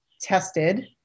tested